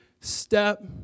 step